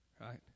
right